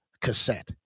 cassette